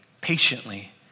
patiently